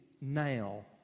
now